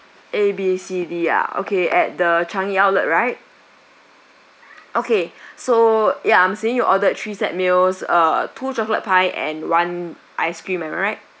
A B C D ah okay at the changi outlet right okay so ya I'm seeing you ordered three set meals uh two chocolate pie and one ice cream am I right